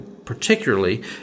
particularly